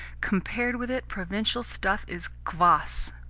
compared with it, provincial stuff is kvass